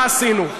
מה עשינו?